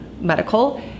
medical